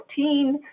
14